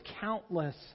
countless